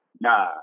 Nah